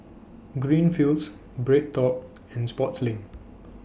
Greenfields BreadTalk and Sportslink